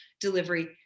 delivery